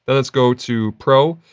and let's go to pro.